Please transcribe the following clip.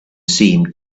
seemed